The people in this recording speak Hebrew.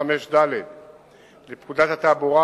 65ד לפקודת התעבורה,